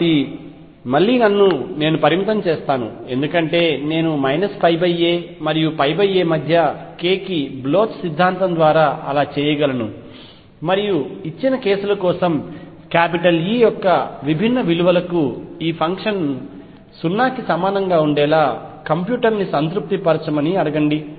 కాబట్టి మళ్లీ నన్ను నేను పరిమితం చేస్తాను ఎందుకంటే నేను a మరియు a మధ్య k కి బ్లోచ్ సిద్ధాంతం ద్వారా అలా చేయగలను మరియు ఇచ్చిన కేసుల కోసం E యొక్క విభిన్న విలువలకు ఈ ఫంక్షన్ను 0 కి సమానంగా ఉండేలా కంప్యూటర్ని సంతృప్తిపరచమని అడగండి